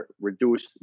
reduce